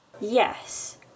Yes